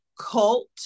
cult